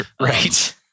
Right